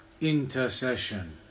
Intercession